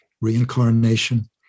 reincarnation